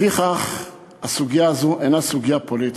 לפיכך הסוגיה הזאת אינה סוגיה פוליטית.